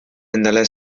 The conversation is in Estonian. endale